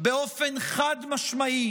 באופן חד-משמעי